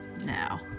now